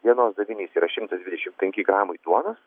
dienos davinys yra šimtas dvidešim penki gramai duonos